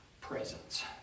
presence